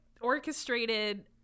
orchestrated